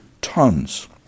tons